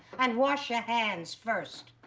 and wash your hands first.